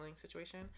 situation